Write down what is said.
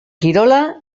kirola